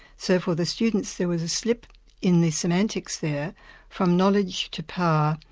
so for the students there was a slip in the semantics there from knowledge to power,